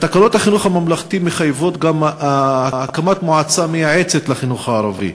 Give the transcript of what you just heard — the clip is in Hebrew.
תקנות החינוך הממלכתי מחייבות גם הקמת מועצה מייעצת לחינוך הערבי.